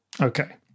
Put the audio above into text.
Okay